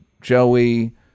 Joey